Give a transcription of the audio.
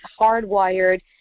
hardwired